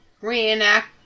reenact